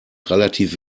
relativ